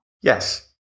Yes